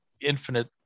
infinite